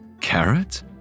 Carrot